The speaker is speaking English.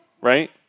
right